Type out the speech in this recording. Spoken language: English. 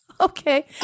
Okay